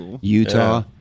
Utah